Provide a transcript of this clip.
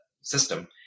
system